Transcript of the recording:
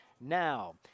now